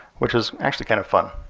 which is actually kind of fun.